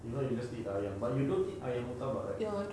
you know you just eat ayam but you don't eat ayam murtabak right